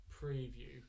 preview